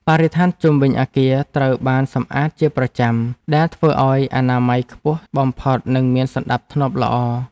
បរិស្ថានជុំវិញអគារត្រូវបានសម្អាតជាប្រចាំដែលធ្វើឱ្យមានអនាម័យខ្ពស់បំផុតនិងមានសណ្តាប់ធ្នាប់ល្អ។